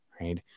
right